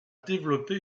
développé